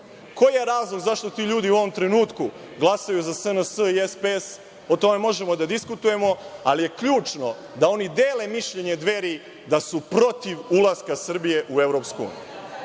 Koji je razlog zašto ti ljudi u ovom trenutku glasaju za SNS i SPS, o tome možemo da diskutujemo, ali je ključno da oni dele mišljenje Dveri da su protiv ulaska Srbije u Evropsku uniju.